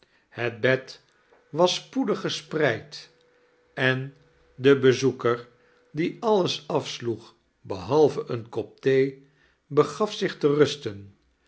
het bed was spoedig gespreid en chables dickens de bezoeker die alles afsloeg beihalve een kop thee begaf zich te rusten